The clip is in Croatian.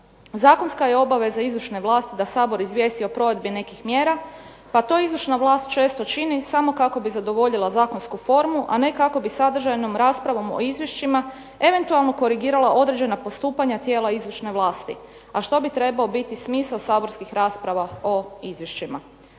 Zakonska je obaveza izvršne vlasti da Sabor izvijesti o provedbi nekih mjera pa to izvršna vlast često čini samo kako bi zadovoljila zakonsku formu, a ne kako bi sadržajnom raspravom o izvješćima eventualno korigirala određena postupanja tijela izvršne vlasti, a što bi trebao biti smisao saborskih rasprava o izvješćima.